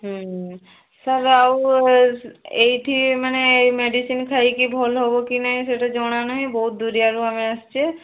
ହୁଁ ସାର୍ ଆଉ ଏଇଠି ମାନେ ଏଇ ମେଡ଼ିସିନ୍ ଖାଇକି ଭଲ ହେବ କି ନାହିଁ ସେଟା ଜଣାନାହିଁ ବହୁତ ଦୁରିଆରୁ ଆମେ ଆସିଛେ